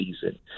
season